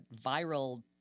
viral